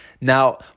Now